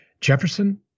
jefferson